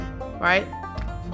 right